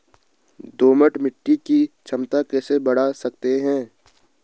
दोमट मिट्टी की क्षमता कैसे बड़ा सकते हैं?